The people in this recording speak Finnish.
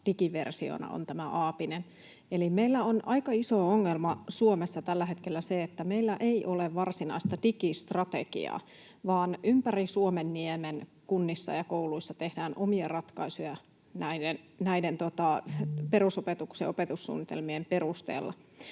digiversiona on tämä aapinen. Eli meillä on aika iso ongelma Suomessa tällä hetkellä se, että meillä ei ole varsinaista digistrategiaa, vaan ympäri Suomenniemen kunnissa ja kouluissa tehdään omia ratkaisuja perusopetuksen opetussuunnitelmien perusteella.